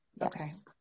Yes